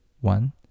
one